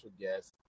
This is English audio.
guest